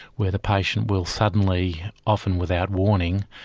where the patient will suddenly, often without warning,